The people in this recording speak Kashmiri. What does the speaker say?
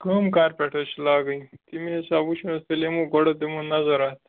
کٲم کَر پیٚٹھ حظ چھِ لاگٕنۍ تَمی حسابہٕ وُچھو حظ تیٚلہٕ یِمو گۄڈ دِمو نَظر اَتھ